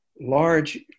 large